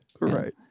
right